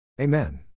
Amen